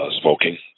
smoking